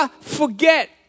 forget